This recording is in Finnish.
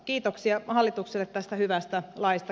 kiitoksia hallitukselle tästä hyvästä laista